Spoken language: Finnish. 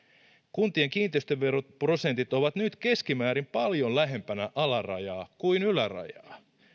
kuntien kiinteistöveroprosentit ovat nyt keskimäärin paljon lähempänä alarajaa kuin ylärajaa